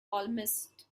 almost